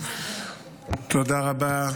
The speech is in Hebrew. תודה רבה.